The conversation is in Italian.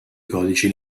codici